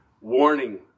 warning